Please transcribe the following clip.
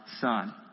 Son